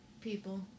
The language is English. people